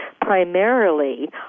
primarily